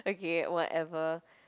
okay whatever